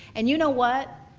and you know what?